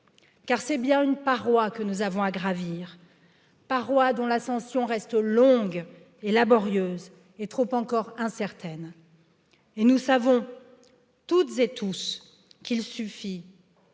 car c'est bien une paroi que nous avons à gravir. Paroi dont l'ascension reste longue et laborieuse et trop encore incertaine, et nous savons toutes et tous qu'il suffit